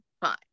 fine